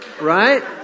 Right